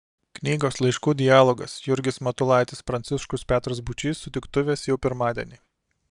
knygos laiškų dialogas jurgis matulaitis pranciškus petras būčys sutiktuvės jau pirmadienį